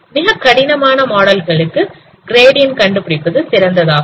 மிக கடினமான மாடல்களுக்கு கிரேடியன் கண்டுபிடிப்பது சிறந்ததாகும்